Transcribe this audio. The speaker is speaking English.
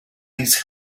these